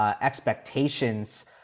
expectations